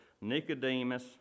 Nicodemus